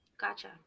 Gotcha